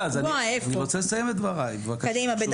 אני רוצה לסיים את דבריי בבקשה.